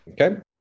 Okay